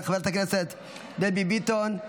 חברת הכנסת דבי ביטון,